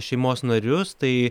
šeimos narius tai